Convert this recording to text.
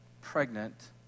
pregnant